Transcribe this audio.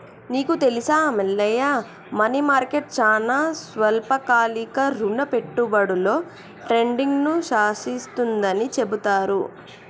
నీకు తెలుసా Mallaiah money market చానా స్వల్పకాలిక రుణ పెట్టుబడులలో ట్రేడింగ్ను శాసిస్తుందని చెబుతారు